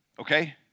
Okay